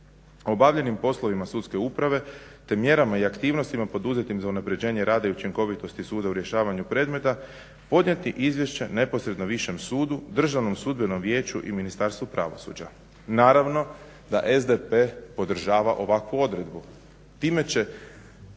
obavljenim poslovima sudske uprave te mjerama i aktivnostima poduzetim za unapređenje rada i učinkovitosti suda u rješavanju predmeta podnijeti izvješće neposredno višem sudu, Državnom sudbenom vijeću i Ministarstvu pravosuđa. Naravno da SDP podržava ovakvu odredbu. Time će